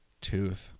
tooth